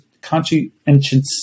conscientious